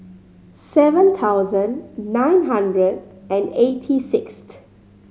seven thousand nine hundred and eighty sixth